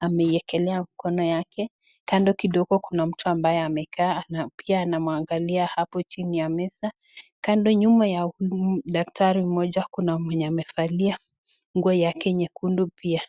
ameiwekeleya mkono yake. Kando kidogo kuna mtu ambaye amekaa, ana pia anamwangalia hapo chini ya meza. Kando nyuma ya Daktari mmoja kuna mwenye amevalia nguo yake nyekundu pia.